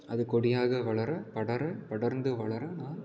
அது கொடியாக வளர படர படர்ந்து வளர நான்